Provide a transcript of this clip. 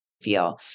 feel